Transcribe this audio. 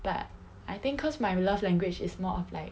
but I think cause my love language is more of like